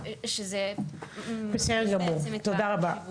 תודה רבה.